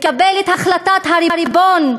לקבל את החלטת הריבון,